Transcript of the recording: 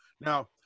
Now